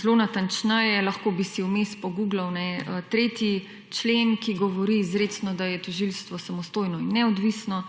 zelo natančneje, lahko bi si vmes poguglal, 3. člen, ki govori izrecno, da je tožilstvo samostojno in neodvisno,